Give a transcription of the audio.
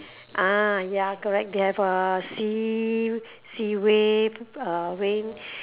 ah ya correct they have uh sea sea wave uh rain